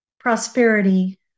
prosperity